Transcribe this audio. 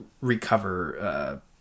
recover